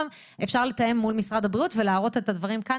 אפשר גם לתאם מול משרד הבריאות ולהראות את הדברים כאן.